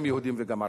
גם יהודים וגם ערבים.